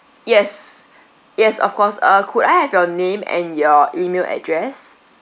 yes yes of course uh could I have your name and your email address